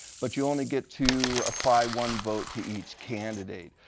but you only get to apply one vote to each candidate.